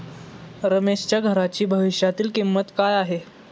रमेशच्या घराची भविष्यातील किंमत काय आहे?